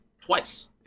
twice